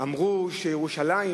אמרו שהשם ירושלים